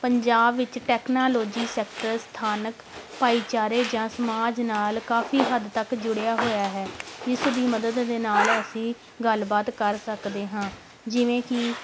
ਪੰਜਾਬ ਵਿੱਚ technology sector ਸਥਾਨਕ ਭਾਈਚਾਰੇ ਜਾਂ ਸਮਾਜ ਨਾਲ ਕਾਫ਼ੀ ਹੱਦ ਤੱਕ ਜੁੜਿਆ ਹੋਇਆ ਹੈ ਜਿਸ ਦੀ ਮਦਦ ਦੇ ਨਾਲ ਅਸੀਂ ਗੱਲਬਾਤ ਕਰ ਸਕਦੇ ਹਾਂ ਜਿਵੇਂ ਕਿ